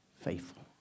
faithful